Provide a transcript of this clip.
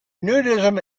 nudism